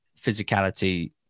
physicality